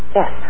Yes